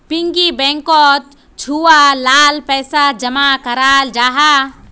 piggy बैंकोत छुआ लार पैसा जमा कराल जाहा